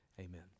Amen